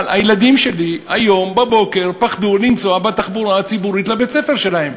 אבל הילדים שלי היום בבוקר פחדו לנסוע בתחבורה הציבורית לבית-הספר שלהם.